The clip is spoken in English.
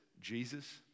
Jesus